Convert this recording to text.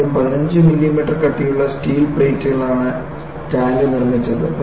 ആദ്യം 15 മില്ലിമീറ്റർ കട്ടിയുള്ള സ്റ്റീൽ പ്ലേറ്റുകളാണ് ടാങ്ക് നിർമ്മിച്ചത്